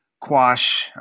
quash